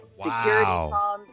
Wow